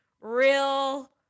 real